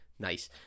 Nice